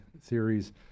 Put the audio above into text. theories